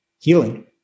healing